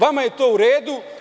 Vama je to u redu.